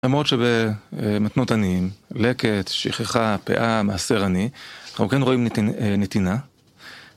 למרות שבמתנות עניים, לקט, שכחה, פאה, מעשר עני, אנחנו כן רואים נתינה.